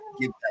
give